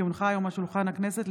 כי הונחה היום על שולחן הכנסת,